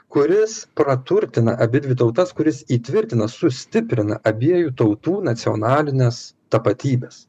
kuris praturtina abidvi tautas kuris įtvirtina sustiprina abiejų tautų nacionalines tapatybes